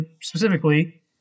specifically